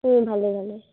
ভালে ভালে